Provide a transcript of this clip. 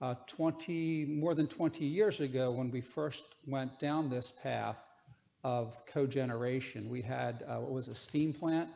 ah twenty more than twenty years ago when we first went down this path of code generation. we had what was the steam plant.